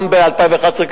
גם ב-2011,